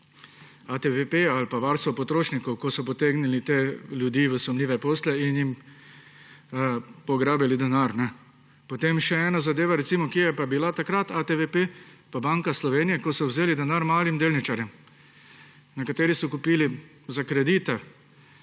ATVP ali pa varstvo potrošnikov, ko so potegnili te ljudi v sumljive posle in jim pograbili denar. Potem še ena zadeva. Kje sta bili takrat ATVP in Banka Slovenije, ko so vzeli denar malim delničarjem. Nekateri so s kreditom